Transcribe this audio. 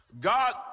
God